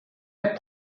très